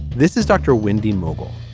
this is dr. wendy mobile.